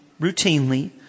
routinely